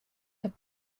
have